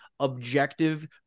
objective